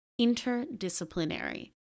interdisciplinary